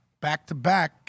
back-to-back